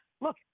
look